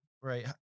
Right